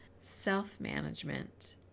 self-management